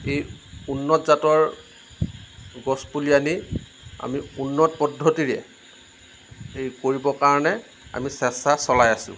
সেই উন্নত জাতৰ গছপুলি আনি আমি উন্নত পদ্ধতিৰে সেই কৰিব কাৰণে আমি চেষ্টা চলাই আছোঁ